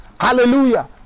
Hallelujah